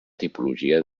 tipologia